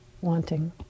wanting